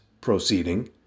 proceeding